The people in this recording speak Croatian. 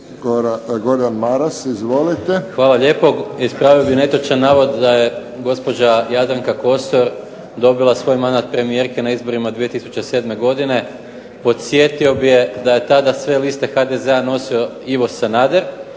Hvala lijepo. Ispravio bih netočan navod da je gospođa Jadranka Kosor dobila svoj mandat premijerke 2007. godine. Podsjetio bih je da je tada sve liste HDZ-a nosio Ivo Sanader,